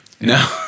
No